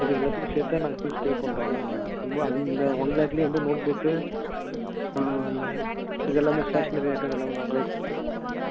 இது எல்லாத்துக்கும் சேர்த்து தான் நாங்கள் ஃபீஸ் பே பண்ணுறோம் நாங்கள் ரொம்ப அது இந்த ஒன் லேக்லேயே வந்து நோட் புக்கு இது எல்லாமே ஸ்னேஷ்னரி ஐட்டம் எல்லாமே நாங்களே கொடுத்துருவோம் நாங்கள்